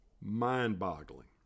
Mind-boggling